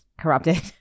corrupted